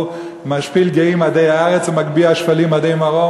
משפיל גאים עדי ארץ ומגביה שפלים עדי מרום.